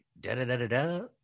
da-da-da-da-da